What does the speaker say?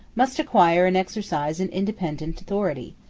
must acquire and exercise an independent authority.